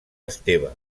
esteve